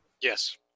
Yes